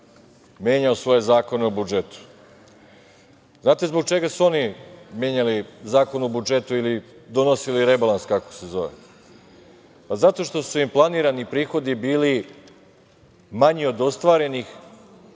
menjao svoje Zakone o budžetu. Znate zbog čega su ono menjali Zakon o budžetu ili donosili rebalans kako se zove? Pa, zato što su im planirani prihodi bili manji od ostvarenih,